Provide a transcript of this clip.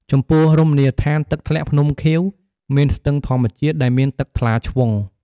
ចំពោះ រមណីយដ្ឋាន «ទឹកធ្លាក់ភ្នំខៀវ» មានស្ទឹងធម្មជាតិដែលមានទឹកថ្លាឆ្វង់ ។